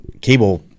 cable